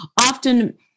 often